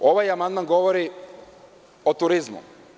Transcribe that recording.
Ovaj amandman govori o turizmu.